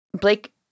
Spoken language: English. Blake